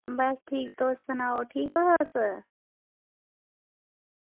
बस ठीक तुस सनाओ ठीक ओ तुस